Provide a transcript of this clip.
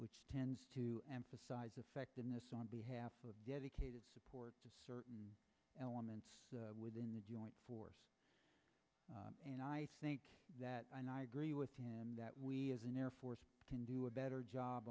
which tends to emphasize effectiveness on behalf of dedicated support certain elements within the joint force and i think that and i agree with him that we as an air force can do a better job